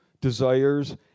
desires